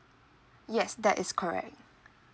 yes that is correct